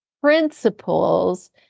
principles